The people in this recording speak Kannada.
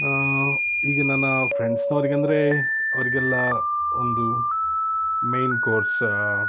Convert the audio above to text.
ಈಗ ನನ್ನ ಫ್ರೆಂಡ್ಸ್ನವ್ರಿಗೆ ಅಂದರೆ ಅವರಿಗೆಲ್ಲ ಒಂದು ಮೈನ್ ಕೋರ್ಸ